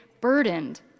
burdened